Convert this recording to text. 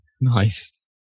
Nice